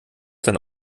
dann